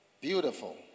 Beautiful